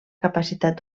capacitat